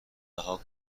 رها